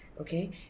okay